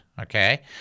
okay